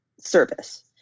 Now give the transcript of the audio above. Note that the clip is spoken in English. service